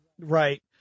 Right